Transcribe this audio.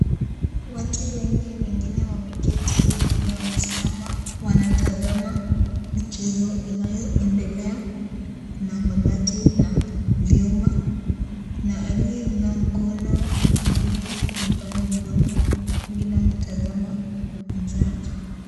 Watu wengi wengine wameketi, wengine wamesimama, wanatazama michezo inayoendelea, Kuna mabati na vyuma, kuna aliyeinua mkono mwingine, amepanua mdomo, mwingine anatazama mwenzake.